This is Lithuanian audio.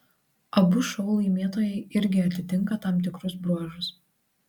abu šou laimėtojai irgi atitinka tam tikrus bruožus